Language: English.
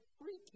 freaky